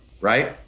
right